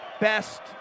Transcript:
best